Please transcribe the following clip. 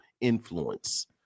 influence